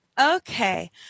Okay